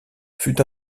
fut